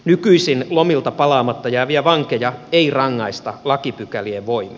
nykyisin lomilta palaamatta jääviä vankeja ei rangaista lakipykälien voimin